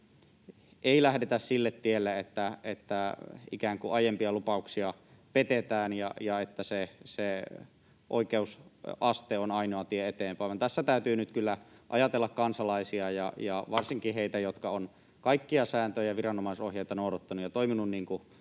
ei lähdetä sille tielle, että ikään kuin aiempia lupauksia petetään ja että se oikeusaste on ainoa tie eteenpäin. Tässä täytyy nyt kyllä ajatella kansalaisia ja varsinkin heitä, jotka ovat kaikkia sääntöjä ja viranomaisohjeita noudattaneet ja toimineet